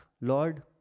Lord